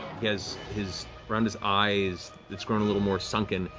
his his around his eyes it's grown a little more sunken,